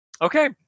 Okay